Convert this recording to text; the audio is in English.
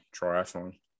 triathlon